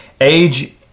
Age